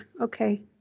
Okay